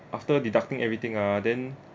after deducting everything ah then